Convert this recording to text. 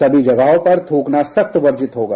सभी जगहों पर थूकना सख्त वर्जित होगा